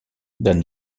d’un